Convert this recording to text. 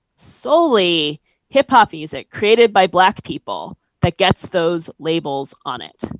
solely hip hop music created by black people that gets those labels on it.